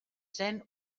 zen